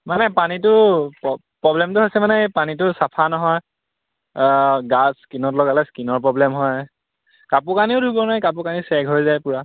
মানে পানীটো প প্ৰব্লেমটো হৈছে মানে এই পানীটো চাফা নহয় গা স্কিনত লগালে স্কীনৰ প্ৰব্লেম হয় কাপোৰ কানিও ধুব নোৱাৰি কাপোৰ কানি চেক হৈ যায় পূৰা